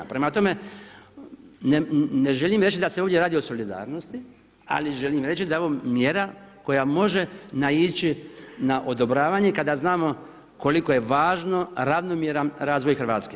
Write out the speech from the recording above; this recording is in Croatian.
Prema tome, ne želim reći da se ovdje radi o solidarnosti ali želim reći da je ovo mjera koja može naići na odobravanje kada znamo koliko je važno ravnomjeran razvoj Hrvatske.